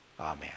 Amen